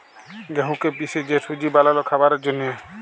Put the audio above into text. গেঁহুকে পিসে যে সুজি বালাল খাবারের জ্যনহে